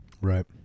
Right